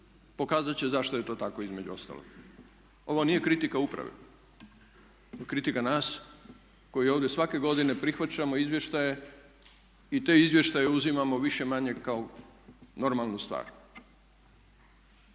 pokazat će zašto je to tako između ostalog. Ovo nije kritika uprave, to je kritika nas koji ovdje svake godine prihvaćamo izvještaje i te izvještaje uzimamo više-manje kao normalnu stvar.